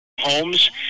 Homes